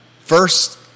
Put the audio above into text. first